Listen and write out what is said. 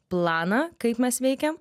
planą kaip mes veikiam